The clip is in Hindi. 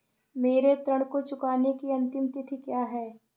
मेरे ऋण को चुकाने की अंतिम तिथि क्या है?